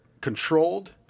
controlled